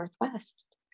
Northwest